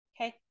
Okay